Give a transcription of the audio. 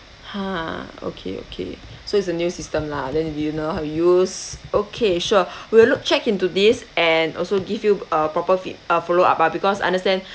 !huh! okay okay so it's a new system lah then they didn't know how to use okay sure we'll look check into this and also give you a proper feed uh follow up ah because understand